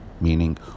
Meaning